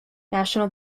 national